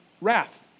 wrath